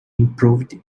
improved